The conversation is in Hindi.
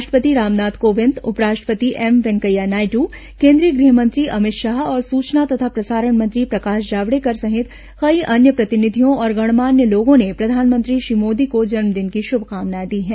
राष्ट्रपति रामनाथ कोविंद उपराष्ट्रति एम वेंकैया नायडू केंद्रीय गृह मंत्री अमित शाह और सूचना तथा प्रसारण मंत्री प्रकाश जावड़ेकर सहित कई अन्य प्रतिनिधियों और गणमान्य लोगों ने प्रधानमंत्री श्री मोदी को जन्मदिन की शुभकामनाएं दी हैं